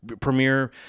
premiere